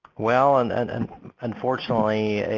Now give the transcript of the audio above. well and and and unfortunately